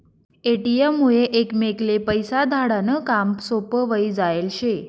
ATM मुये एकमेकले पैसा धाडा नं काम सोपं व्हयी जायेल शे